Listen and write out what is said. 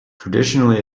traditionally